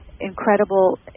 incredible